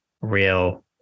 real